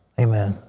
amen.